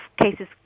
cases